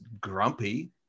grumpy